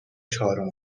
چهارم